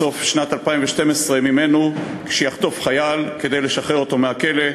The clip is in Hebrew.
בסוף שנת 2012 שיחטוף חייל כדי לשחרר אותו מהכלא.